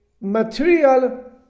material